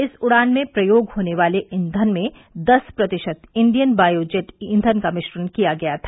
इस उड़ान में प्रयोग होने वाले ईंधन में दस प्रतिशत इंडियन बायो जेट ईंधन का मिश्रण किया गया था